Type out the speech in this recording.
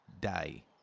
day